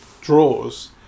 draws